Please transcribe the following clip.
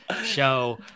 show